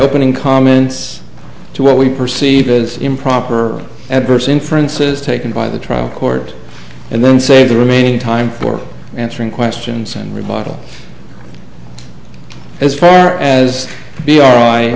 opening comments to what we perceive as improper or adverse inferences taken by the trial court and then save the remaining time for answering questions and remodel as far as the are i